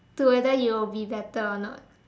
to whether you will be better or not